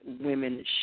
women